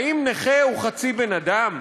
האם נכה הוא חצי בן-אדם?